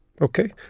Okay